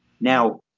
Now